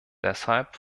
deshalb